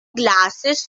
glasses